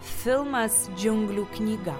filmas džiunglių knyga